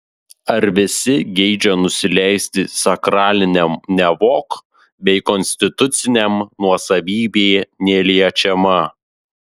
ar visi geidžia nusileisti sakraliniam nevok bei konstituciniam nuosavybė neliečiama